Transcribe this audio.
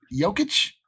Jokic